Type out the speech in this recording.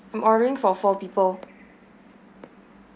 I'm ordering for four people